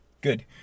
Good